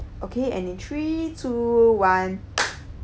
okay and in three two one